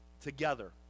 Together